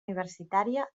universitària